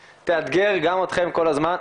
תאתגר גם אתכם כל הזמן.